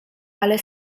ale